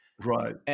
Right